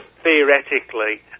theoretically